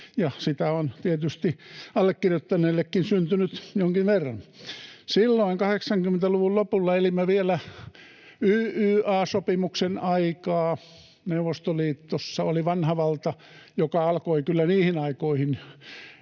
sitä on tietysti allekirjoittaneellekin syntynyt jonkin verran. Silloin 80-luvun lopulla elimme vielä YYA-sopimuksen aikaa. Neuvostoliitossa oli vanha valta, joka alkoi kyllä niihin aikoihin